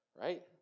right